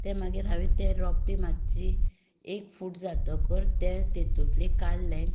तें मागीर तें हांवें तें रोंपटें मातशें एक फूट जातकच तें तातूंतलें काडलें